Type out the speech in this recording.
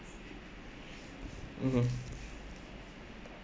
mmhmm